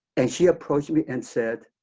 and she approached me and said,